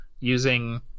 using